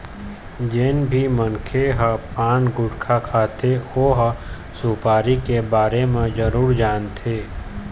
जेन भी मनखे ह पान, गुटका खाथे ओ ह सुपारी के बारे म जरूर जानथे